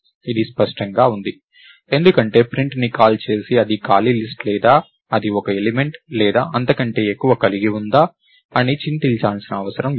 ఇది స్పష్టం గా ఉంది ఎందుకంటే ప్రింట్ని కాల్ చేసి అది ఖాళీ లిస్ట్ లేదా అది ఒక ఎలిమెంట్ లేదా అంతకంటే ఎక్కువ కలిగి ఉందా అని చింతించాల్సిన అవసరం లేదు